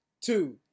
two